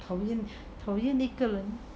讨厌讨厌一个人